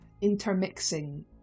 intermixing